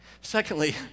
Secondly